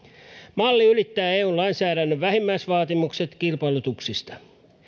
malli ylittää eu lainsäädännön vähimmäisvaatimukset kilpailutuksista